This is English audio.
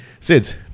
SIDS